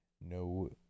No